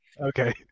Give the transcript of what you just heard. okay